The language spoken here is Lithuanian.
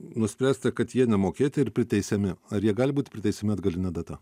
nuspręsta kad jie nemokėti ir priteisiami ar jie gali būti priteisiami atgaline data